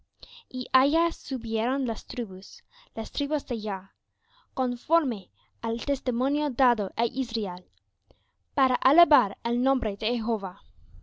allá subieron las tribus las tribus de jah conforme al testimonio dado á israel para alabar el nombre de jehová